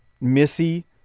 Missy